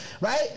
right